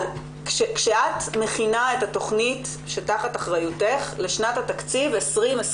אבל כשאת מכינה את התכנית שתחת אחריותך לשנת התקציב 2021,